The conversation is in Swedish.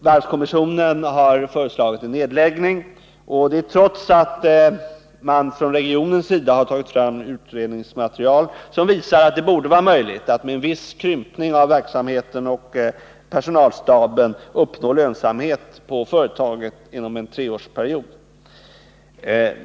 Varvskommissionen har föreslagit nedläggning, trots att man från regionens sida har tagit fram utredningsmaterial som visar att det borde vara möjligt att med viss krympning av verksamheten och personalstaben uppnå lönsamhet för företaget inom en treårsperiod.